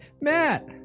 Matt